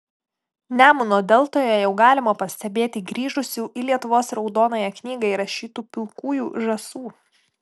nemuno deltoje jau galima pastebėti grįžusių į lietuvos raudonąją knygą įrašytų pilkųjų žąsų